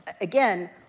again